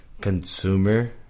consumer